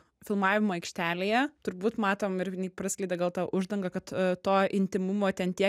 filmavimo aikštelėje turbūt matom ir v ni praslydo gal ta uždanga kad to intymumo ten tie